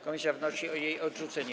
Komisja wnosi o jej odrzucenie.